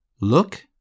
Look